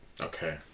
Okay